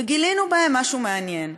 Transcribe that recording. וגילינו בהם משהו מעניין: